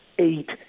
eight